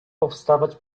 powstawać